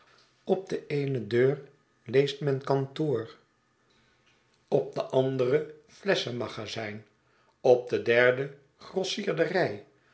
op de eene deurleest men kantoor op de andere u flesschen magazijn op de derde grossierdenj